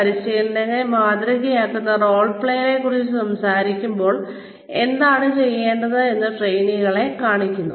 പരിശീലകനെ മാതൃകയാക്കിയുള്ള റോൾ പ്ലേയെ കുറിച്ച് സംസാരിക്കുമ്പോൾ എന്താണ് ചെയ്യേണ്ടത് എന്ന് ട്രെയിനികളെ കാണിക്കുന്നു